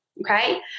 okay